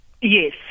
Yes